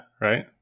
right